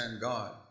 God